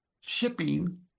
shipping